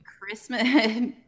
Christmas